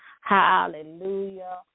hallelujah